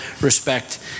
respect